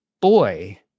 Boy